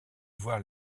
voir